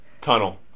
Tunnel